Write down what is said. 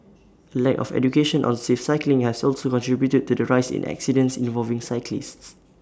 A lack of education on safe cycling has also contributed to the rise in accidents involving cyclists